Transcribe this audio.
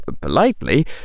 politely